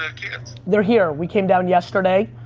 kids? they're here, we came down yesterday,